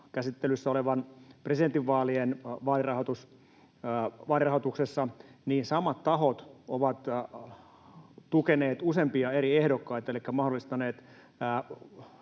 käsittelyssä olevassa presidentinvaalien vaalirahoituksessa samat tahot ovat tukeneet useampia eri ehdokkaita elikkä mahdollistaneet